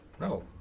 No